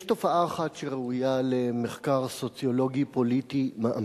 יש תופעה אחת שראויה למחקר סוציולוגי פוליטי מעמיק.